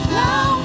now